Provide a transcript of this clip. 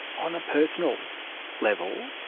on a personal level,